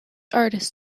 artist